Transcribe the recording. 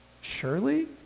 surely